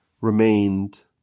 remained